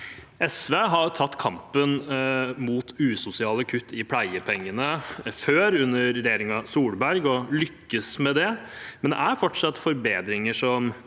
SV har tatt kampen mot usosiale kutt i pleiepengene før, under regjeringen Solberg, og lyktes med det, men det trengs fortsatt forbedringer.